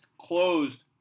closed